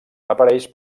apareix